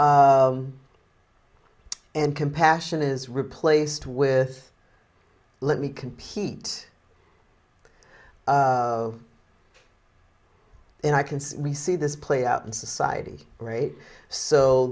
yes and compassion is replaced with let me compete and i can see we see this play out in society great so